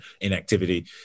inactivity